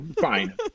fine